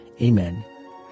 Amen